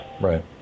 Right